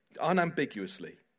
Unambiguously